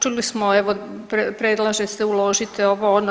Čuli smo evo predlaže se uložiti ovo, ono.